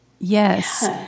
Yes